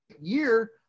year